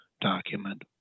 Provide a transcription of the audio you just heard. document